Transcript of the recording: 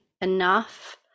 enough